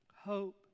hope